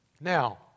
Now